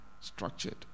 structured